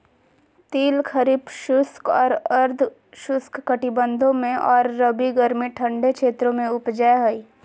तिल खरीफ शुष्क और अर्ध शुष्क कटिबंधों में और रबी गर्मी ठंडे क्षेत्रों में उपजै हइ